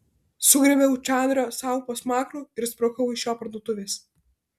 sugriebiau čadrą sau po smakru ir sprukau iš jo parduotuvės